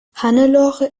hannelore